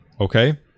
Okay